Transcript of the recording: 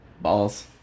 Balls